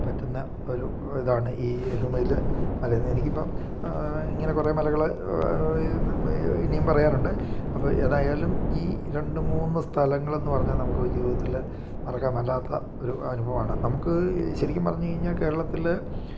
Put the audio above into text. പറ്റുന്ന ഒരു ഇതാണ് ഈ യെഴുമലയിൽ മല എനിക്ക് ഇപ്പം ഇങ്ങനെ കുറെ മലകൾ ഇനിയും പറയാനുണ്ട് അപ്പം ഏതായാലും ഈ രണ്ട് മൂന്ന് സ്ഥലങ്ങൾ എന്ന് പറഞ്ഞാൽ നമുക്ക് ജീവിതത്തിൽ മറക്കാൻ മേലാത്ത ഒരു അനുഭവമാണ് നമുക്ക് ശരിക്കും പറഞ്ഞ് കഴിഞ്ഞാൽ കേരളത്തിൽ